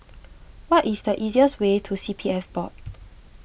what is the easiest way to C P F Board